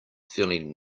feeling